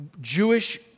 Jewish